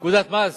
פקודת מס?